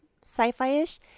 sci-fi-ish